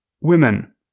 Women